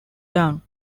down